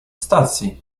stacji